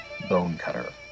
Bonecutter